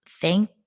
thank